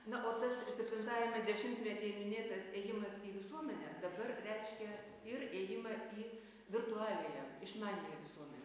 na o tas septintajame dešimtmety minėtas ėjimas į visuomenę dabar reiškia ir įėjimą į virtualiąją išmaniąją visuomenę